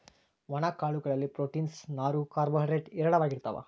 ಒಣ ಕಾಳು ಗಳಲ್ಲಿ ಪ್ರೋಟೀನ್ಸ್, ನಾರು, ಕಾರ್ಬೋ ಹೈಡ್ರೇಡ್ ಹೇರಳವಾಗಿರ್ತಾವ